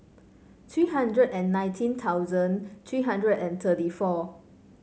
three hundred and nineteen thousand three hundred and thirty four